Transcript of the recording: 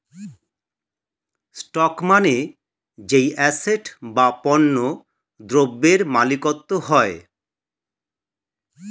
stock মানে যেই asset বা পণ্য দ্রব্যের মালিকত্ব হয়